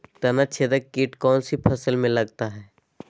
तनाछेदक किट कौन सी फसल में लगता है?